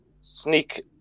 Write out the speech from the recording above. sneak